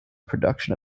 production